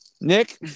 Nick